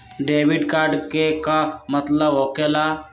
Debit card के का मतलब होकेला?